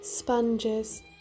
sponges